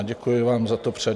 Děkuji vám za to předem.